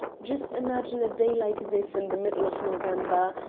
just imagine a day like this in the middle of november.